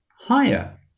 higher